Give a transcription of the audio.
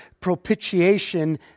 propitiation